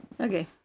Okay